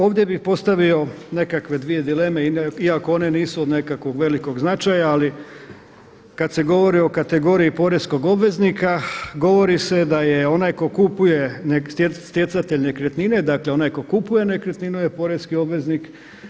Ovdje bi postavio nekakve dvije dileme iako one nisu od nekog velikog značaja ali kad se govori o kategoriji poreznog obveznika govorio se da je onaj ko kupuje stjecatelj nekretnine, dakle onaj tko kupuje nekretninu je porezni obveznik.